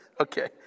Okay